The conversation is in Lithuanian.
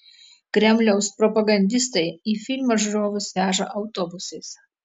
kremliaus propagandistai į filmą žiūrovus veža autobusais